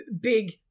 big